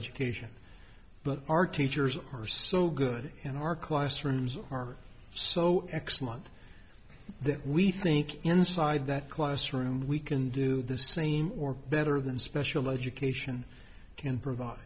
education but our teachers are so good in our classrooms are so excellent that we think inside that classroom we can do this scene or better than special education can provide